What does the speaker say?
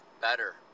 better